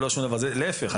להיפך,